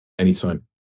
anytime